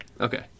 Okay